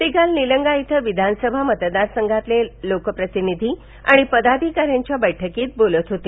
ते काल निलंगा इथं विधानसभा मतदारसंघातील लोकप्रतिनिधी आणि पदाधिकाऱ्यांच्या बैठकीत बोलत होते